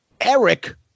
Eric